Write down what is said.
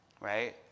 Right